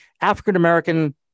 African-American